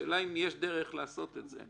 השאלה אם יש דרך לעשות את זה.